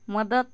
मदत